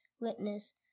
witness